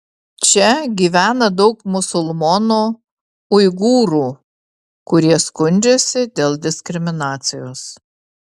čia gyvena daug musulmonų uigūrų kurie skundžiasi dėl diskriminacijos